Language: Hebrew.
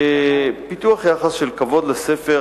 פיתוח יחס של כבוד לספר,